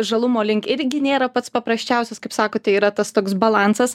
žalumo link irgi nėra pats paprasčiausias kaip sakote yra tas toks balansas